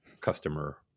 customer